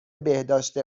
بهداشت